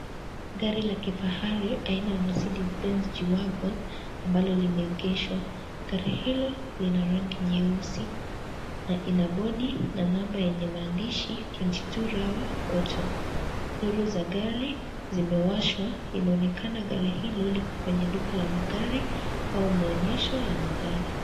Gari la kifahari aina ya Mercees Benz G wagon ambalo limeegeshwa. Gari hilo ni la rangi nyeusi na ina bodi la namba yenye maandishi 22RAWA AUTO. Nuru za gari zimewashwa. Inaonekana gari hilo liko kwenye duka ya magari au maonyesho ya magari.